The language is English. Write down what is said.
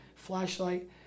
Flashlight